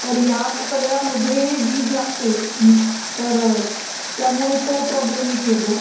तर ह्या सगळ्यांमध्ये वीज लागते मी तर त्यामुळे तो प्रॉब्लेम एक येतो